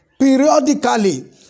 periodically